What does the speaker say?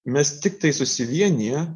mes tiktai susivieniję